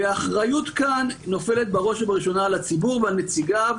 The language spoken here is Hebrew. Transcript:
והאחריות כאן נופלת בראש ובראשונה על הציבור ועל נציגיו.